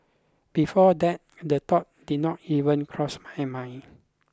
before that the thought did not even cross my mind